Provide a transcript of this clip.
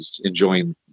enjoying